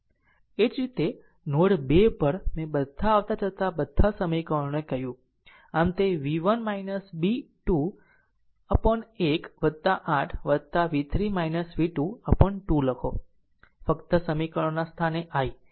એ જ રીતે નોડ 2 પર મેં બધાં આવતા જતા બધાં સમીકરણોને કહ્યું આમ તે v1 b 2 upon 1 8 v3 v2 upon 2 લખો ફક્ત આ સમીકરણોના સ્થાને i